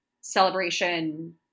celebration